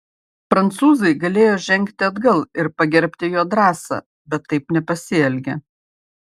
prancūzai galėjo žengti atgal ir pagerbti jo drąsą bet taip nepasielgė